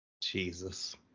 Jesus